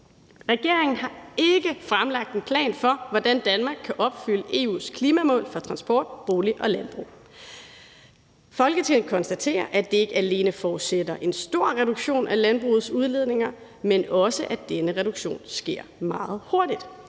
Regeringen har ikke fremlagt en plan for, hvordan Danmark kan opfylde EU’s klimamål for transport, boliger og landbrug. Folketinget konstaterer, at det ikke alene forudsætter en stor reduktion af landbrugets udledninger, men også at denne reduktion sker meget hurtigt.